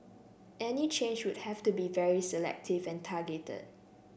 any change would have to be very selective and targeted